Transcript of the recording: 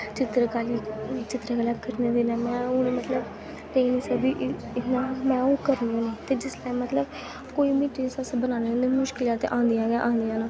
चित्तरकारी चित्तरकला करने दे बिना में हून मतलब रेही निं सकदी इ'यां में ओह् करनी होन्नी ते जिसलै मतलब कोई बी चीज अस बनाने होन्ने ते मुश्कलां ते औंदियां गै औंदियां न